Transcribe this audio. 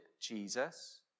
Jesus